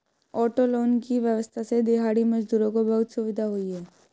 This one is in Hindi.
ऑटो लोन की व्यवस्था से दिहाड़ी मजदूरों को बहुत सुविधा हुई है